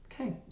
Okay